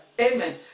Amen